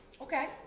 Okay